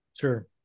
sure